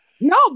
No